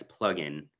plugin